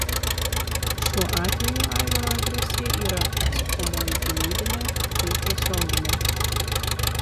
šiuo atveju aivaro agresija yra atsakomoji gynybinė bei tiesioginė